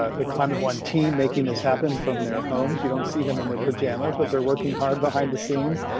ah the climate one team making this happen from their homes you don't see them in and their pajamas, but they're working hard behind the scenes,